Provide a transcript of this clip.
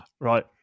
Right